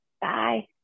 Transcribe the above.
Bye